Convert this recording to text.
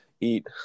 eat